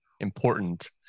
important